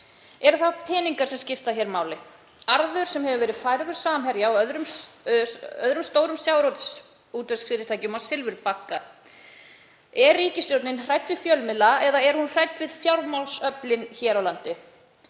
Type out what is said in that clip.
Eru það peningar sem skipta hér máli, arður sem hefur verið færður Samherja og öðrum stórum sjávarútvegsfyrirtækjum á silfurfati? Er ríkisstjórnin hrædd við fjölmiðla eða er hún hrædd við fjármálaöflin hér á landi?